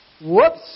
Whoops